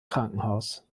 krankenhaus